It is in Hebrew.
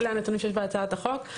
אלה הנתונים שיש בהצעת החוק.